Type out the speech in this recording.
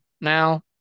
now